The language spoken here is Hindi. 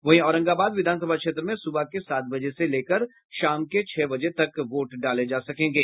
वहीं औरंगाबाद विधानसभा क्षेत्र में सुबह के सात बजे से लेकर शाम के छह बजे तक वोट डाले जा सकेंगे